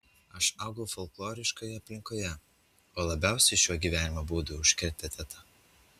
aš augau folkloriškoje aplinkoje o labiausiai šiuo gyvenimo būdu užkrėtė teta